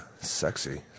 Sexy